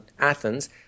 Athens